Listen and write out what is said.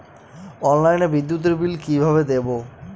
অনলাইনে বিদ্যুতের বিল কিভাবে দেব?